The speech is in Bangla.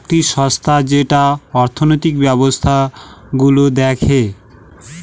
একটি সংস্থা যেটা অর্থনৈতিক ব্যবস্থা গুলো দেখে